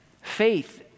Faith